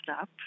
up